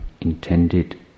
intended